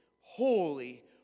holy